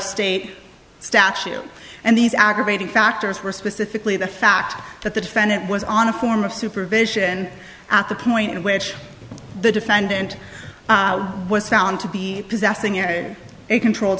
state statute and these aggravating factors were specifically the fact that the defendant was on a form of supervision at the point in which the defendant was found to be possessing a controlled